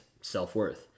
self-worth